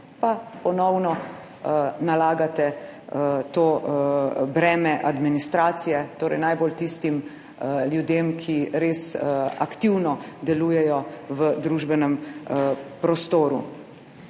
pa ponovno nalagate to breme administracije najbolj tistim ljudem, ki res aktivno delujejo v družbenem prostoru.